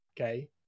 okay